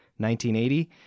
1980